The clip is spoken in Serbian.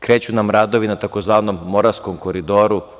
Kreću nam radovi na tzv. Moravskom koridoru.